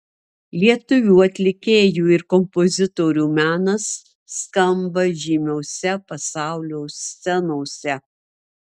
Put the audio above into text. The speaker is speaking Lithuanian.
lietuvių atlikėjų ir kompozitorių menas skamba žymiose pasaulio scenose